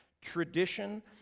tradition